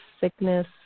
sickness